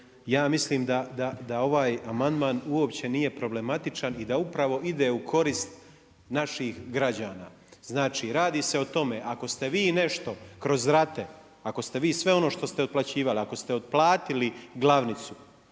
ja mislim da ovaj amandman uopće nije problematičan i da upravo ide u korist naših građana. Znači radi se o tome ako ste vi nešto kroz rate, ako ste vi sve ono što ste otplaćivali, ako ste otplatili glavnicu,